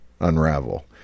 unravel